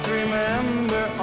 remember